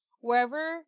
Wherever